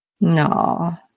No